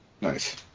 Nice